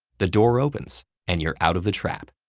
the door opens, and you're out of the trap.